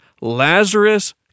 Lazarus